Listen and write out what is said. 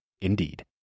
Indeed